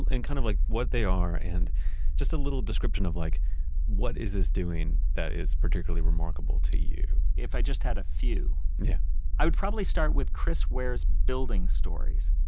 and kind of like what they are and just a little description of like what is this doing that is particularly remarkable to you? if i just had a few? yeah i would probably start with chris ware's building stories,